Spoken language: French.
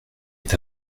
est